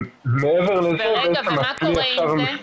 מעבר לזה, עשינו עכשיו --- מה קורה עם זה?